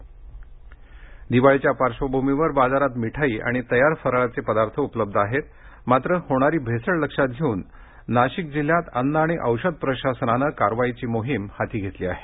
नाशिक छापे दिवाळीच्या पार्श्वभूमीवर बाजारात मिठाई आणि तयार फराळाचे पदार्थ उपलब्ध आहेत मात्र होणारी भेसळ लक्षात घेऊन नाशिक जिल्ह्यात अन्न आणि औषध प्रशासनाने कारवाईची मोहीम हाती घेतली आहे